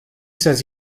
says